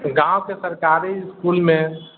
गाँवके सरकारी इसकुलमे